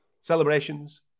celebrations